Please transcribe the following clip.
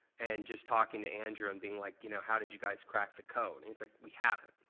and just talking to andrew and being like, you know how did you guys crack the code? and he's like, we haven't.